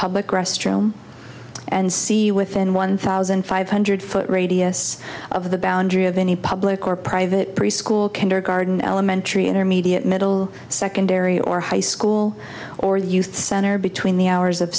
public restroom and see within one thousand five hundred foot radius of the boundary of any public or private preschool kindergarten elementary intermediate middle secondary or high school or youth center between the hours